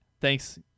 Thanks